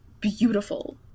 beautiful